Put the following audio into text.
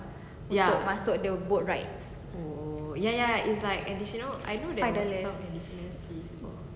untuk masuk the boar rides five dollars